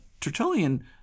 Tertullian